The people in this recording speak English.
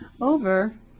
over